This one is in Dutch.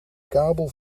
kabel